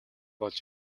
болж